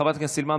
חברת הכנסת סילמן,